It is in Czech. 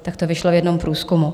Tak to vyšlo v jednom průzkumu.